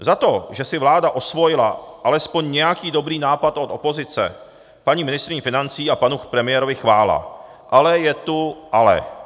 Za to, že si vláda osvojila alespoň nějaký dobrý nápad od opozice, paní ministryni financí a panu premiérovi chvála ale je tu ale.